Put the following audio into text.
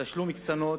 תשלום קנסות